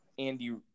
Andy